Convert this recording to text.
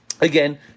again